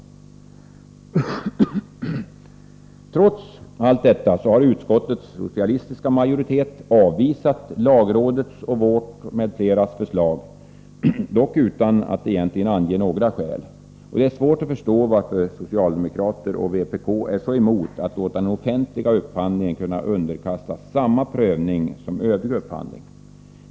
Trots allt detta har utskottets socialistiska majoritet avvisat lagrådet och vårt m.fl. förslag, dock utan att egentligen ange några skäl. Det är svårt att förstå varför socialdemokraterna och vpk är så emot att låta den offentliga upphandlingen kunna underkastas samma prövning som övrig upphandling.